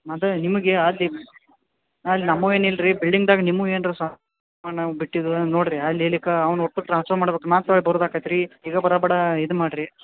ಅದೆ ನಿಮಗೆ ಅಲ್ಲಿ ಅಲ್ಲಿ ನಮ್ಮವ ಏನು ಇಲ್ರಿ ಬಿಲ್ಡಿಂಗ್ದಾಗ ನಿಮ್ಮವ ಏನ್ರಾ ಸಾಮಾನು ಬಿಟ್ಟಿದ್ದು ನೋಡ್ರಿ ಅಲ್ಲಿ ಎಲ್ಲಿ ಕ ಅವ್ನ ಒಪ್ ಟ್ರಾನ್ಸ್ಫರ್ ಮಾಡ್ಬಕು ನಾಲ್ಕು ಬರೂದು ಆಕತು ರೀ ಈಗ ಬಡ ಬಡ ಇದು ಮಾಡ್ರಿ